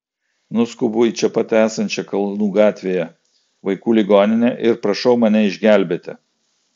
nuskubu į čia pat esančią kalnų gatvėje vaikų ligoninę ir prašau mane išgelbėti